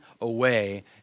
away